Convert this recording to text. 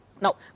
Now